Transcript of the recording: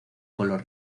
color